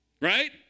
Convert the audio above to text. right